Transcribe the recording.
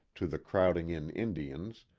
to the crowding-in indians,